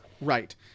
Right